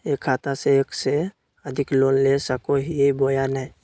एक खाता से एक से अधिक लोन ले सको हियय बोया नय?